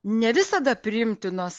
ne visada priimtinos